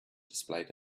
displayed